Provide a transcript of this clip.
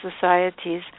societies